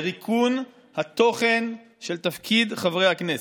לריקון התוכן של תפקיד חברי הכנסת.